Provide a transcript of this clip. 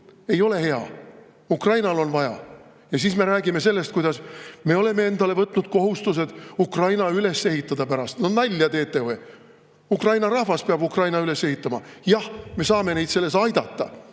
Ei ole hea! Ukrainal on neid vaja! Ja siis me räägime sellest, kuidas me oleme endale võtnud kohustused Ukraina pärast üles ehitada. No nalja teete või?! Ukraina rahvas peab Ukraina üles ehitama. Jah, me saame neid selles aidata,